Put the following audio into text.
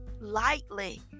lightly